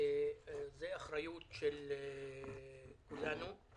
זו אחריות של כולנו.